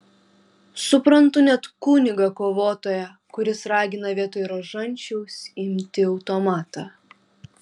suprantu net kunigą kovotoją kuris ragina vietoj rožančiaus imti automatą